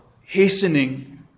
hastening